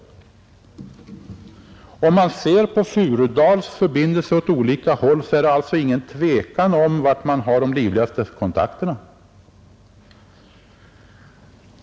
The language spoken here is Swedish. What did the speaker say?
Det är alltså, om vi ser på Furudals förbindelser åt olika håll, inget tvivel om var man har de livligaste kontakterna.